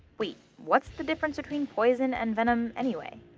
wait, what's the difference between poison and venom, anyway?